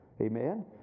Amen